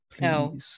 No